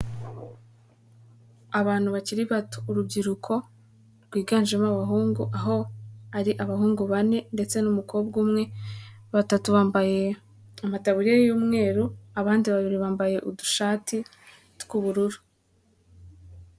Abantu bakiri bato, urubyiruko rwiganjemo abahungu aho ari abahungu bane ndetse n'umukobwa umwe, batatu bambaye amataburiya y'umweru, abandi babiri bambaye udushati tw'ubururu.